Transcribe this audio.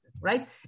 right